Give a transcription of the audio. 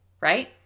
right